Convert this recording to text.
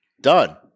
Done